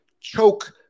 choke